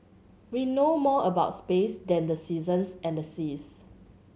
we know more about space than the seasons and the seas